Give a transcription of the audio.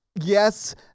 Yes